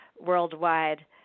worldwide